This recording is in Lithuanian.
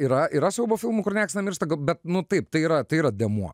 yra yra siaubo filmų kur nieks nemiršta bet nu taip tai yra tai yra dėmuo